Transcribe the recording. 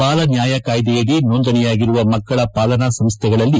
ಬಾಲನ್ನಾಯ ಕಾಯ್ದೆಯಡಿ ನೋಂದಣೆಯಾಗಿರುವ ಮಕ್ಕಳ ಪಾಲನಾ ಸಂಸ್ಟೆಗಳಲ್ಲಿ